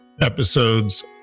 episodes